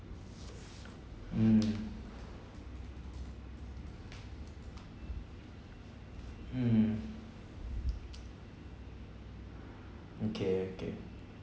mm mm okay okay